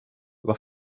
vad